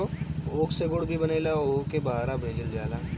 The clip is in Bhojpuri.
ऊख से गुड़ भी बनेला ओहुके बहरा भेजल जाला